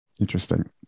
interesting